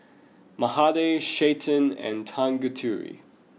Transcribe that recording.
Mahade Chetan and Tanguturi